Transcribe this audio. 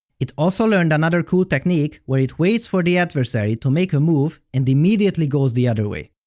it also learned another cool technique where it waits for the adversary to make a move and immediately goes the other way.